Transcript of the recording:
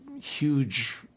huge